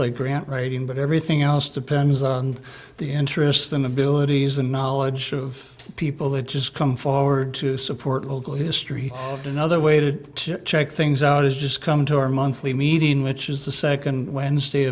like grant writing but everything else depends on the interest in abilities and knowledge of people that just come forward to support local history another way to check things out is just come to our monthly meeting which is the second wednesday